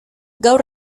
gaur